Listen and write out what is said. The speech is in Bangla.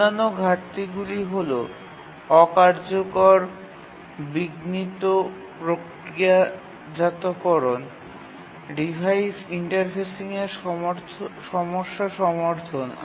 অন্যান্য ঘাটতিগুলি হল অকার্যকর বিঘ্নিত প্রক্রিয়াজাতকরণ ডিভাইস ইন্টারফেসিংয়ের সমস্যা সমর্থন